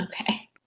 Okay